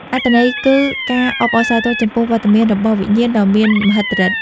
អត្ថន័យគឺការអបអរសាទរចំពោះវត្តមានរបស់វិញ្ញាណដ៏មានមហិទ្ធិឫទ្ធិ។